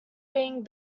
being